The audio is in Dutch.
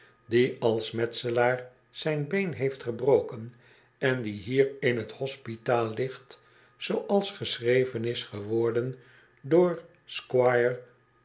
die als metselaar zijn been heeft gebroken en die hier in t hospitaal ligt zooals geschreven isi'geworden door